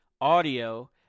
audio